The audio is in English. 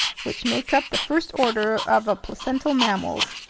which make up the first order of aplacental mammals,